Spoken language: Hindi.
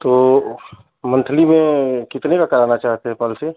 तो मंथली में कितने का कराना चाहते हैं पॉलिसी